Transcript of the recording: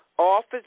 office